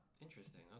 Interesting